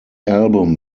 album